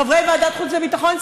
חברי ועדת חוץ וביטחון,